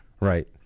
Right